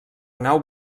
nau